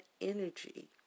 energy